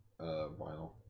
vinyl